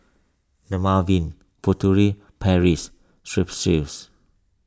Dermaveen Furtere Paris Strepsils